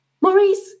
Maurice